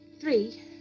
Three